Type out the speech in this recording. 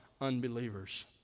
unbelievers